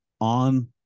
on